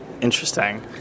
interesting